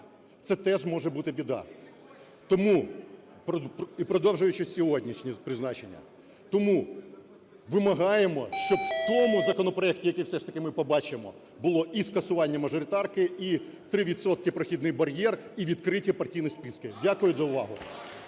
це теж може бути біда. Тому… І продовжуючи сьогоднішні призначення. Тому вимагаємо, щоб в тому законопроекті, який все ж таки ми побачимо, було і скасування мажоритарки, і три відсотки прохідний бар'єр, і відкриті партійні списки. Дякую за увагу.